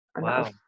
Wow